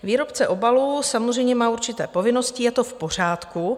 Výrobce obalů má samozřejmě určité povinnosti, je to v pořádku.